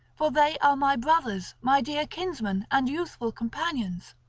for they are my brothers, my dear kinsmen and youthful companions.